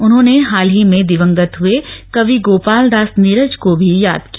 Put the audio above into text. उन्होंने हाल में दिवंगत हुए कवि गोपालदास नीरज को भी याद किया